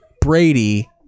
Brady